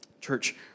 Church